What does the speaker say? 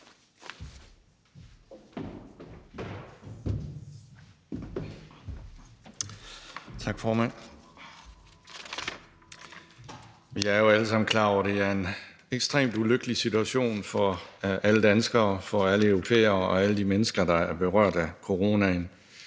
Tak, formand. Vi er jo alle sammen klar over, at det er en ekstremt ulykkelig situation for alle danskere, alle europæere og alle de mennesker, der er berørt af coronaen.